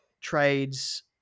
trades